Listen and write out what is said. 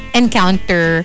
encounter